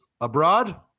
abroad